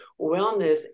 wellness